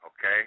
okay